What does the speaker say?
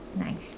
nice